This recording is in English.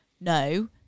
no